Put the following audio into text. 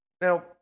Now